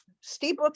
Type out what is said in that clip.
Steve